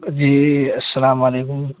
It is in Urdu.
جی السّلام علیکم